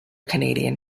canadian